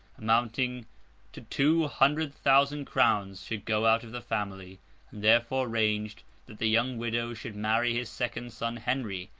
amounting to two hundred thousand crowns, should go out of the family therefore arranged that the young widow should marry his second son henry,